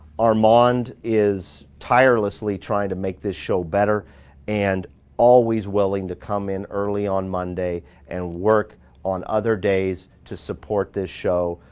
armand is tirelessly trying to make this show better and always willing to come in early on monday and work on other days to support this show.